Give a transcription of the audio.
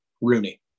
Rooney